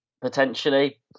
potentially